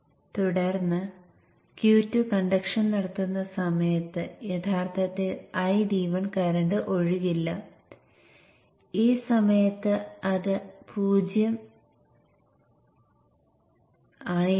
half ബ്രിഡ്ജിന്റെ കാര്യത്തിൽ അത് Vin 2 ആയിരുന്നു